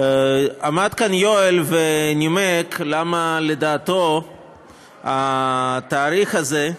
עמד כאן יואל ונימק למה לדעתו התאריך הזה,